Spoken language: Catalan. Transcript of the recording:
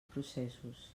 processos